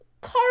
car